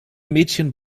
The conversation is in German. mädchen